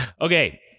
Okay